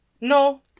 no